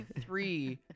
three